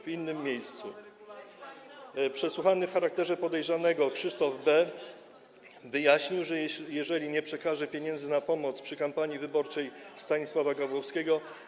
W innym miejscu: Przesłuchany w charakterze podejrzanego Krzysztof B. wyjaśnił, że jeżeli nie przekaże pieniędzy na pomoc przy kampanii wyborczej Stanisława Gawłowskiego.